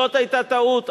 זאת היתה טעות,